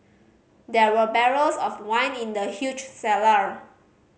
there were barrels of wine in the huge cellar